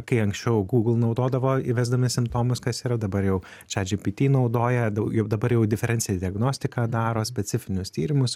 kai anksčiau google naudodavo įvesdami simptomus kas yra dabar chat gpt naudoja daugiau dabar jau diferencinę diagnostiką daro specifinius tyrimus